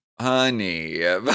honey